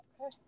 okay